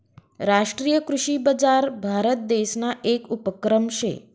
राष्ट्रीय कृषी बजार भारतदेसना येक उपक्रम शे